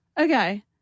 Okay